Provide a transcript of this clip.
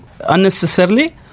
unnecessarily